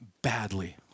Badly